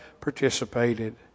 participated